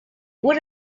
would